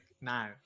now